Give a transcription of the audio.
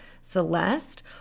celeste